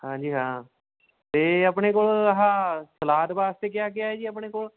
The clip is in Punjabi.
ਹਾਂਜੀ ਹਾਂ ਅਤੇ ਆਪਣੇ ਕੋਲ ਆਹ ਸਲਾਦ ਵਾਸਤੇ ਕਿਆ ਕਿਆ ਜੀ ਆਪਣੇ ਕੋਲ